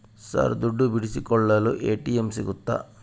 Sir ದುಡ್ಡು ಬಿಡಿಸಿಕೊಳ್ಳಲು ATM ಸಿಗುತ್ತಾ?